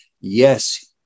Yes